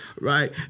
Right